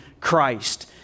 Christ